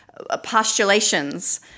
postulations